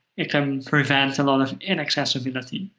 it can prevent a lot of inaccessibility.